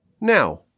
now